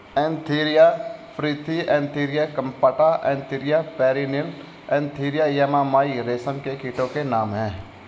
Antheraea frithi Antheraea compta Antheraea pernyi Antheraea yamamai रेशम के कीटो के नाम हैं